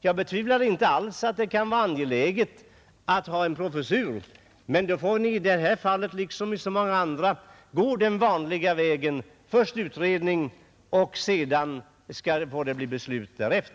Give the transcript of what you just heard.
Jag betvivlar inte alls att det kan vara angeläget med en professur, men då får ni i det här fallet liksom i så många andra gå den vanliga vägen: först utredning och sedan får det bli beslut.